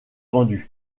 vendus